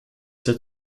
der